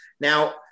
Now